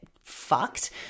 fucked